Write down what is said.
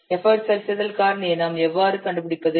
effort சரிசெய்தல் காரணியை நாம் எவ்வாறு கண்டுபிடிப்பது